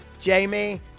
Jamie